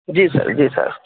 جی sir جی سر